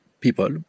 people